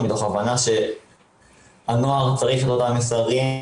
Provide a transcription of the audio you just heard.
בצוות מומחים,